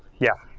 yeah,